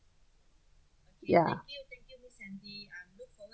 ya